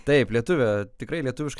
taip lietuvė tikrai lietuviškai